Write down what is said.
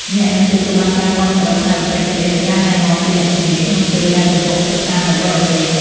អ្នកនឹងទទួលបានការគាំទ្រផ្នែកបច្ចេកទេសនិងការណែនាំពីអ្នកជំនាញក្នុងពេលដែលកំពុងសិក្សានៅបរទេស។